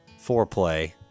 foreplay